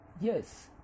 Yes